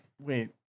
Wait